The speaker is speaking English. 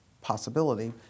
possibility